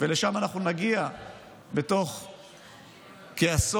ולשם אנחנו נגיע בתוך כעשור,